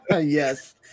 Yes